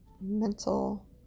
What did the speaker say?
mental